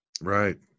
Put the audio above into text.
Right